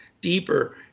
deeper